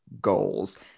goals